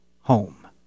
home